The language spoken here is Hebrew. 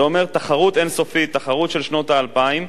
זה אומר תחרות אין-סופית, תחרות של שנות האלפיים,